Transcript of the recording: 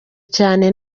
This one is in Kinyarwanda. cyane